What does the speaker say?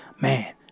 Man